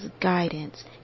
guidance